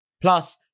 Plus